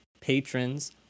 patrons